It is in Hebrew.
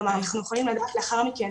כלומר, אנחנו יכולים לדעת לאחר מכן